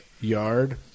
yard